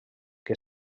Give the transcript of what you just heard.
que